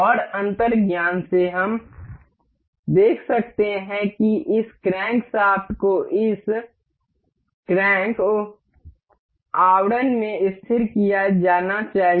और अंतर्ज्ञान से हम देख सकते हैं कि इस क्रैंकशाफ्ट को इस क्रैंक उह आवरण में स्थिर किया जाना चाहिए